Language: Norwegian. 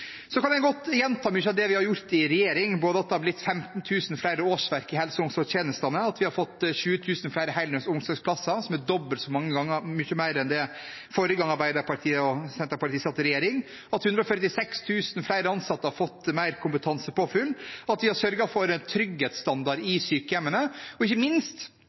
Så kan jeg godt gjenta mye av det vi har gjort i regjering, både at det er blitt 15 000 flere årsverk i helse- og omsorgstjenestene, at vi har fått 20 000 flere heldøgns omsorgsplasser – noe som er dobbelt så mange som forrige gang Arbeiderpartiet og Senterpartiet satt i regjering – at 146 000 flere ansatte har fått mer kompetansepåfyll, at vi har sørget for en trygghetsstandard i sykehjemmene, og ikke minst